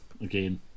again